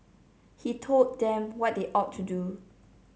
he told them what they ought to do